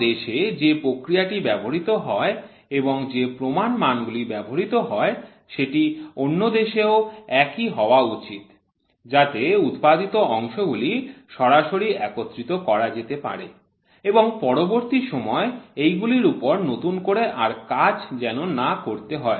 কোন দেশে যে প্রক্রিয়াটি ব্যবহৃত হয় এবং যে প্রমান মানগুলি ব্যবহৃত হয় সেটি অন্য দেশেও একই হওয়া উচিত যাতে উৎপাদিত অংশগুলি সরাসরি একত্রিত করা যেতে পারে এবং পরবর্তী সময় এই গুলির উপর নতুন করে আর কাজ যেন না করতে হয়